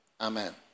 Amen